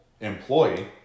employee